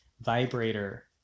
vibrator